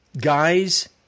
guys